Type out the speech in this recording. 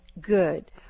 Good